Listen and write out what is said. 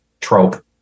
trope